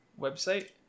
website